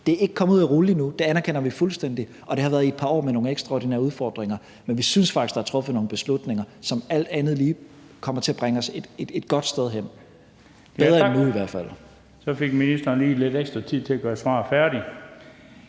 endnu ikke kommet ud at rulle, det anerkender vi fuldstændigt, og det har været i et par år med nogle ekstraordinære udfordringer, men vi synes faktisk, der er truffet nogle beslutninger, som alt andet lige kommer til at bringe os et godt sted hen, bedre end nu, i hvert fald. Kl. 16:19 Den fg. formand (Bent Bøgsted): Tak. Så fik ministeren lige lidt ekstra tid til at gøre svaret færdigt,